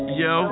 yo